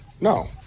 No